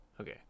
Okay